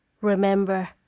remember